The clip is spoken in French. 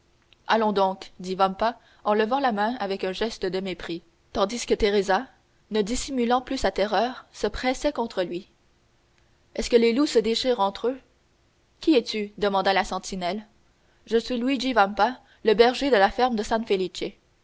allons donc dit vampa en levant la main avec un geste de mépris tandis que teresa ne dissimulant plus sa terreur se pressait contre lui est-ce que les loups se déchirent entre eux qui es-tu demanda la sentinelle je suis luigi vampa le berger de la ferme de